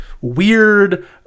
weird